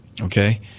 Okay